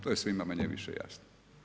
To je svima manje-više jasno.